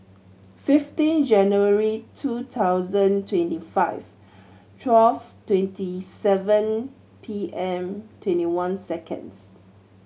fifteen January two thousand twenty five twelve twenty seven P M twenty one seconds